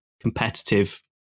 competitive